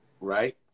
Right